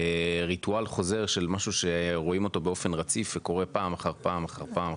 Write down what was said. ריטואל חוזר של משהו שרואים אותו באופן רציף שקורה פעם אחר פעם,